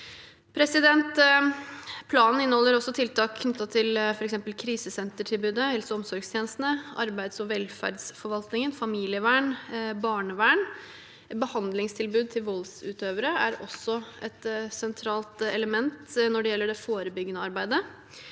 Planen inneholder også tiltak knyttet til f.eks. krisesentertilbudet, helse- og omsorgstjenestene, arbeids- og velferdsforvaltningen, familievern og barnevern. Behandlingstilbud til voldsutøvere er også et sentralt element når det gjelder det forebyggende arbeidet.